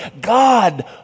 God